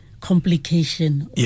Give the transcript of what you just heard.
complication